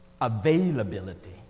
availability